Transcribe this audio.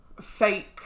fake